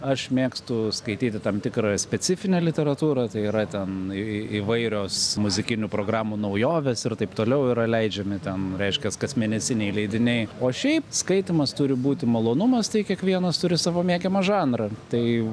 aš mėgstu skaityti tam tikrą specifinę literatūrą tai yra ten į įvairios muzikinių programų naujovės ir taip toliau yra leidžiami ten reiškias kasmėnesiniai leidiniai o šiaip skaitymas turi būti malonumas tai kiekvienas turi savo mėgiamą žanrą tai